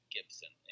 Gibson